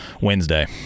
Wednesday